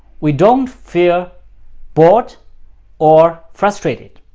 we don't feel bored or frustrated,